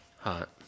Hot